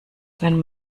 wenn